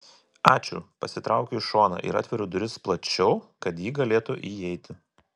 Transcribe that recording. ačiū pasitraukiu į šoną ir atveriu duris plačiau kad ji galėtų įeiti